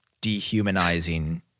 dehumanizing